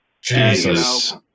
Jesus